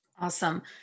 Awesome